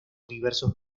diversos